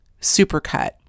Supercut